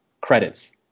Credits